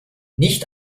nicht